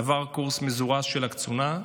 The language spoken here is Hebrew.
עבר קורס מזורז של קצונה,